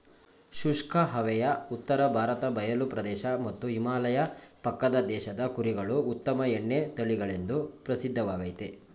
ಶುಷ್ಕ ಹವೆಯ ಉತ್ತರ ಭಾರತ ಬಯಲು ಪ್ರದೇಶ ಮತ್ತು ಹಿಮಾಲಯ ಪಕ್ಕದ ಪ್ರದೇಶದ ಕುರಿಗಳು ಉತ್ತಮ ಉಣ್ಣೆ ತಳಿಗಳೆಂದು ಪ್ರಸಿದ್ಧವಾಗಯ್ತೆ